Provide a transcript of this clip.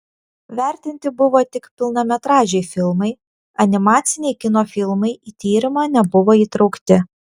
vertinti buvo tik pilnametražiai filmai animaciniai kino filmai į tyrimą nebuvo įtraukti